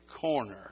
corner